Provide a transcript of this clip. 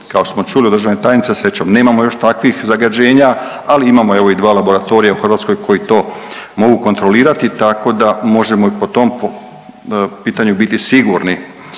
što smo čuli od državne tajnice srećom nemamo još takvih zagađenja, ali evo imamo i dva laboratorija u Hrvatskoj koji to mogu kontrolirati tako da možemo i po tom pitanju biti sigurni.